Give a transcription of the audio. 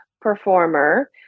performer